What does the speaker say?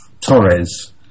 Torres